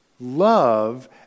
Love